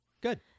Good